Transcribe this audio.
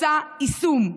רוצה יישום,